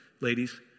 ladies